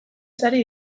sari